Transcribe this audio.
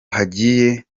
hagiye